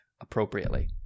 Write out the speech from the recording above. appropriately